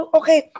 okay